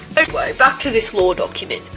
anyway back to this law document.